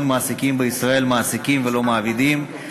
מעסיקים בישראל "מעסיקים" ולא "מעבידים".